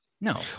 No